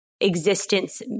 existence